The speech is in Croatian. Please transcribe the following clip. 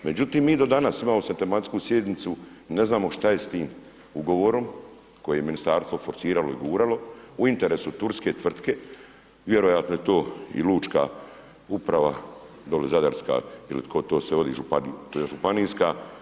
Međutim mi do danas imamo sad tematsku sjednicu, ne znamo šta je sa tim ugovorom koje je ministarstvo forsiralo i guralo u interesu turske tvrtke, vjerojatno je to i lučka uprava dole zadarska ili tko to sve vodi, županijska.